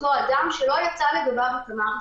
הכלי הזה לא מטריד אנשים שנמצאה לגביהם התאמה,